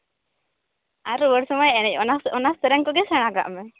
ᱟᱨ ᱨᱩᱣᱟᱹᱲ ᱥᱚᱢᱚᱭ ᱮᱱᱮᱡ ᱚᱱᱟ ᱥᱮᱨᱮᱧ ᱠᱚᱜᱮ ᱥᱮᱬᱟ ᱠᱟᱜ ᱢᱮ